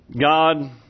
God